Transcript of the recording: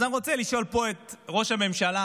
אז אני רוצה לשאול פה את ראש הממשלה: